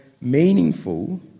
meaningful